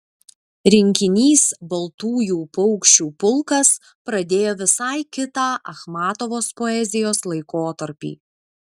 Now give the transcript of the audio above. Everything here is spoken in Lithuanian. rinkinys baltųjų paukščių pulkas pradėjo visai kitą achmatovos poezijos laikotarpį